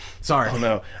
Sorry